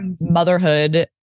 motherhood